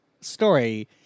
story